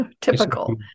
typical